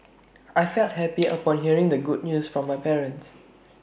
I felt happy upon hearing the good news from my parents